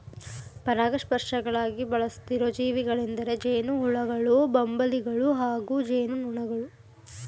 ಪರಾಗಸ್ಪರ್ಶಕಗಳಾಗಿ ಬಳಸುತ್ತಿರೋ ಜೀವಿಗಳೆಂದರೆ ಜೇನುಹುಳುಗಳು ಬಂಬಲ್ಬೀಗಳು ಹಾಗೂ ಜೇನುನೊಣಗಳು